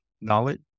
knowledge